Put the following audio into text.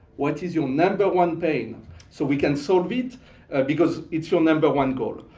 what is your number one pain so we can solve it because it's your number one goal.